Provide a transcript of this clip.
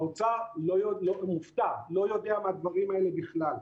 האוצר מופתע, לא יודע מהדברים האלה בכלל.